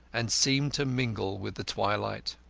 and seemed to mingle with the twilight.